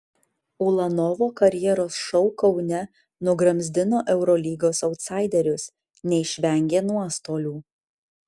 ulanovo karjeros šou kaune nugramzdino eurolygos autsaiderius neišvengė nuostolių